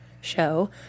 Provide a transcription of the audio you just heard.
show